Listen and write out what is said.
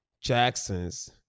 Jacksons